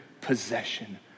possession